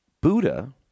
Buddha